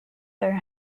their